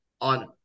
on